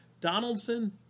Donaldson